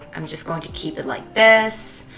am just going to keep it like this.